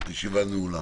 הישיבה נעולה.